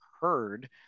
heard